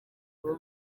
abo